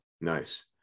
nice